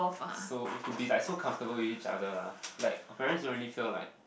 so to be like so comfortable with each other lah like parents ironical like